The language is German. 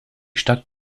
stadt